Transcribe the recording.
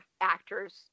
actors